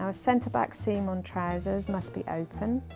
um centre back seam on trousers must be open